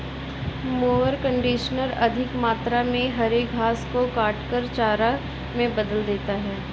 mower conditioner अधिक मात्रा में हरे घास को काटकर चारा में बदल देता है